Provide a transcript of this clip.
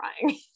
crying